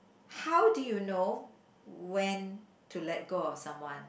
how do you know when to let go of someone